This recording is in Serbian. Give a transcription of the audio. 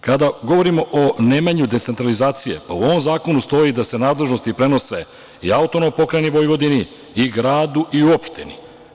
Kada govorimo o nemanju decentralizacije, u ovom zakonu stoji da se nadležnosti prenose i AP Vojvodini, i gradu i u opštini.